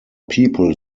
people